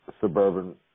suburban